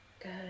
Good